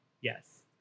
yes